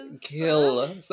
kill